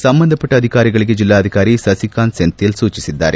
ಸಂಬಂಧಪಟ್ಟ ಅಧಿಕಾರಿಗಳಿಗೆ ಜಿಲ್ಲಾಧಿಕಾರಿ ಸಸಿಕಾಂತ್ ಸೆಂಥಿಲ್ ಸೂಚಿಸಿದ್ದಾರೆ